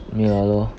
没有了 lor